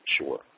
Sure